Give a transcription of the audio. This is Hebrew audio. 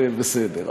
זה בסדר.